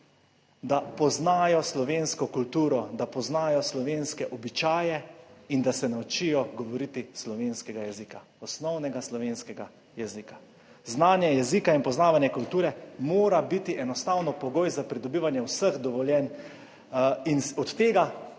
da poznajo slovensko kulturo, da poznajo slovenske običaje in da se naučijo govoriti slovenskega jezika, osnovnega slovenskega jezika. Znanje jezika in poznavanje kulture mora biti enostavno pogoj za pridobivanje vseh dovoljenj in od tega,